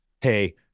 hey